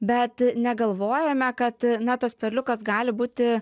bet negalvojame kad na tas peliukas gali būti